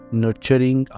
nurturing